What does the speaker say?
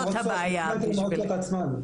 זאת הבעיה מבחינתי.